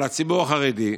על הציבור החרדי,